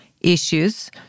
issues